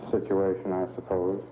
situation i suppose